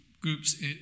groups